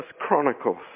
Chronicles